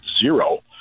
zero